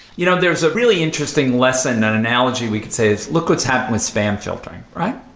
you know, there's a really interesting lesson, an analogy we could say is look what's happened with spam filter, right?